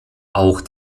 auch